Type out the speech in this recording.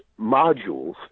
modules